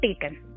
taken